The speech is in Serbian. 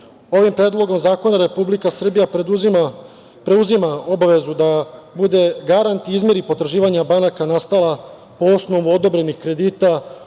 evra. Ovim Predlogom zakona Republika Srbija preuzima obavezu da bude garant i izmiri potraživanja banaka nastala po osnovu odobrenih kredita